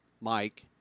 Mike